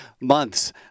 months